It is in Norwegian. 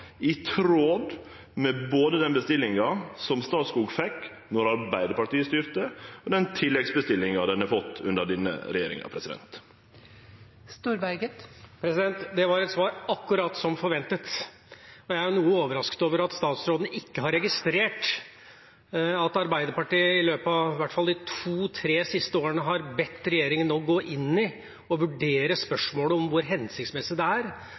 i tråd med både den bestillinga som Statskog fekk då Arbeidarpartiet styrte, og den tilleggsbestillinga ein har fått under denne regjeringa. Det var et svar akkurat som forventet. Jeg er noe overrasket over at statsråden ikke har registrert at Arbeiderpartiet i løpet av i hvert fall de to–tre siste årene har bedt regjeringa om å gå inn i og vurdere spørsmålet om hvor hensiktsmessig det er